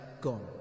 gone